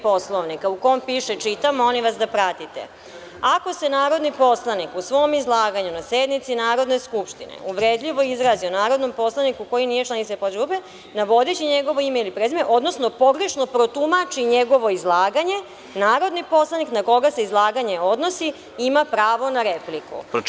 Poslovnika u kom piše, čitam, molim vas da pratite – ako se narodni poslanik u svom izlaganju na sednici Narodne skupštine uvredljivo izrazi narodnom poslaniku koji nije član poslaničke grupe, navodeći njegovo ime ili prezime, odnosno pogrešno protumači njegovo izlaganje, narodni poslanik na koga se izlaganje odnosi ima pravo na repliku.